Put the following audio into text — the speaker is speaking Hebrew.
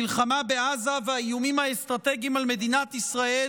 המלחמה בעזה והאיומים האסטרטגיים על מדינת ישראל